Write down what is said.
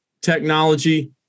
technology